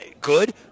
good